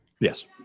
yes